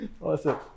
Awesome